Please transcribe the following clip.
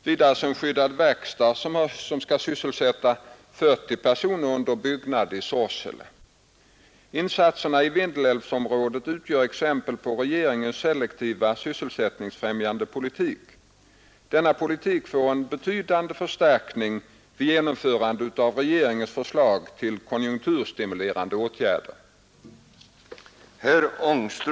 Vidare är en skyddad verkstad, som skall sysselsätta 40 personer, under byggnad i Sorsele. Insatserna i Vindelälvsområdet utgör exempel på regeringens selektiva sysselsättningsfrämjande politik. Denna politik får en betydande förstärkning vid genomförandet av regeringens förslag till konjunkturstimulerande åtgärder.